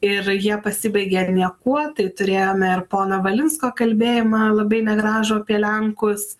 ir jie pasibaigė niekuo tai turėjome ir pono valinsko kalbėjimą labai negražų apie lenkus